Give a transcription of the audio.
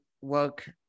work